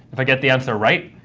if i get the answer right,